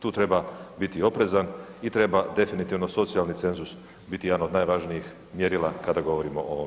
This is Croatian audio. Tu treba biti oprezan i treba definitivno socijalni cenzus biti jedan od najvažnijih mjerila kada govorimo o ovom zakonu.